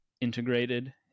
integrated